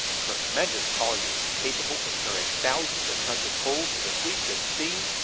tremendous colliers capable of carrying thousands of tons of coal to the fleets at sea,